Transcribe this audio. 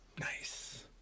Nice